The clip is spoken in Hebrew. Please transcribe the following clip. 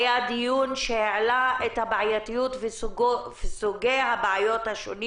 היה דיון שהעלה את הבעייתיות והסוגים השונים